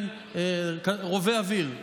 רובה אוויר,